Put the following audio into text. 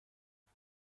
آیا